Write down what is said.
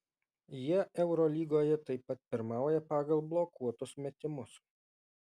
jie eurolygoje taip pat pirmauja pagal blokuotus metimus